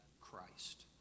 Christ